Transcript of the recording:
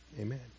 Amen